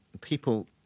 people